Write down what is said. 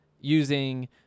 using